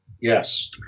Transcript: Yes